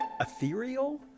ethereal